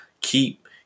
Keep